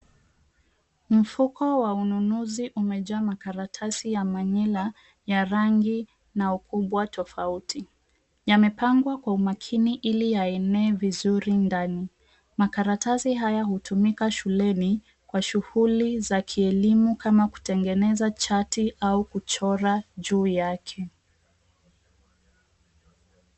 Mfuko wa mnunuzi umejaa makaratasi ya manila ya rangi na ukubwa tofauti. Yamepangwa kwa umakini ili yaenee vizuri ndani. Makaratasi haya hutumika shuleni kwa shughuli za kielimu kama kutengeneza chati au kuchora juu yake.